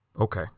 Okay